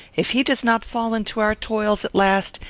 if he does not fall into our toils at last,